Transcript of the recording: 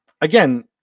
Again